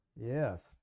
yes